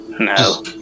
No